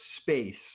space